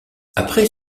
après